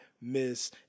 miss